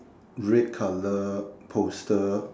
red colour poster